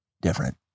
different